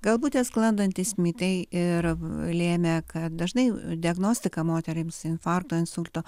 galbūt tie sklandantys mitai ir lėmė kad dažnai diagnostika moterims infarkto insulto